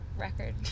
record